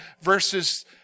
verses